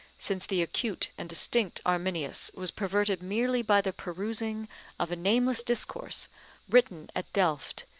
since the acute and distinct arminius was perverted merely by the perusing of a nameless discourse written at delft,